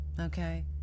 okay